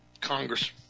Congress